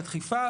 בדחיפה,